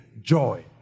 joy